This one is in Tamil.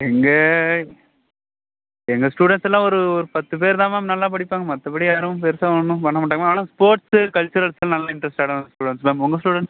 எங்கள் எங்கள் ஸ்டூடண்ட்ஸ் எல்லாம் ஒரு ஒரு பத்து பேர் தான் மேம் நல்லா படிப்பாங்க மற்றபடி யாரும் பெருசாக ஒன்றும் பண்ண மாட்டாங்க மேம் ஆனால் ஸ்போர்ட்ஸு கல்ச்சுரல்ஸ்லலாம் நல்ல இண்ட்ரஸ்ட்டான ஸ்டூடண்ட்ஸ் மேம் உங்கள் ஸ்டூடண்ட்ஸ்